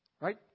Right